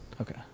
Okay